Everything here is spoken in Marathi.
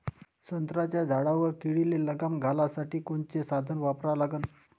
संत्र्याच्या झाडावर किडीले लगाम घालासाठी कोनचे साधनं वापरा लागन?